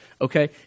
okay